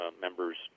members